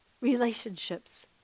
Relationships